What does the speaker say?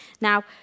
now